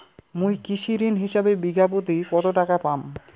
মুই কৃষি ঋণ হিসাবে বিঘা প্রতি কতো টাকা পাম?